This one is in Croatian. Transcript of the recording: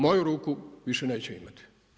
Moju ruku više neće imati.